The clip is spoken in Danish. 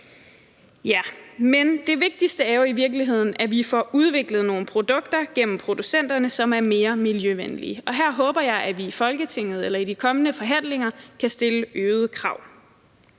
Men det vigtigste er jo i virkeligheden, at vi får udviklet nogle produkter gennem producenterne, som er mere miljøvenlige, og her håber jeg, at vi i Folketinget eller i de kommende forhandlinger kan stille øgede krav.